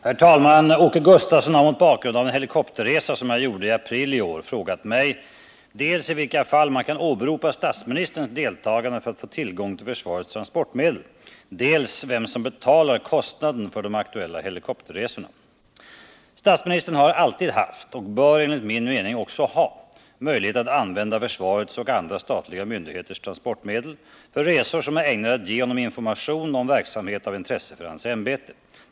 Herr talman! Åke Gustavsson har mot bakgrund av en helikopterresa som Om användningen jag gjorde i april frågat mig dels i vilka fall man kan åberopa statsministerns — qv försvarets transdeltagande för att få tillgång till försvarets transportmedel, dels vem som portmedel betalar kostnaden för de aktuella helikopterresorna. Statsministern har alltid haft och bör enligt min mening också ha möjlighet att använda försvarets och andra statliga myndigheters transportmedel för resor som är ägnade att ge honom information om verksamhet av intresse för hans ämbete.